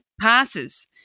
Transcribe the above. passes